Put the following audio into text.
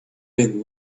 been